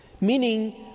Meaning